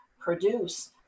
produce